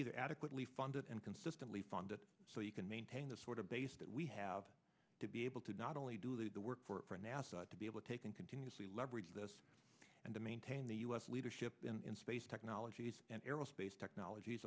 either adequately funded and consistently fund it so you can maintain a sort of base that we have to be able to not only do the work for nasa to be able to take in continuously leverage this and to maintain the u s leadership in space technologies and aerospace technologies